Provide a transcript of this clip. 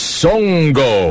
songo